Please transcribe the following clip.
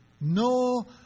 No